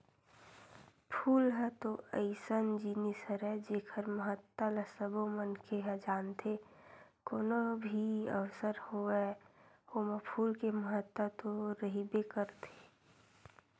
फूल ह तो अइसन जिनिस हरय जेखर महत्ता ल सबो मनखे ह जानथे, कोनो भी अवसर होवय ओमा फूल के महत्ता तो रहिबे करथे